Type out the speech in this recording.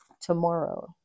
tomorrow